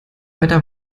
weiter